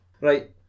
Right